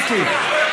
מיקי.